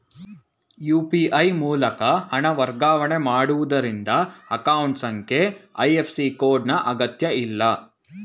UPI ಮೂಲಕ ಹಣ ವರ್ಗಾವಣೆ ಮಾಡುವುದರಿಂದ ಅಕೌಂಟ್ ಸಂಖ್ಯೆ ಐ.ಎಫ್.ಸಿ ಕೋಡ್ ನ ಅಗತ್ಯಇಲ್ಲ